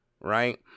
Right